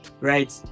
Right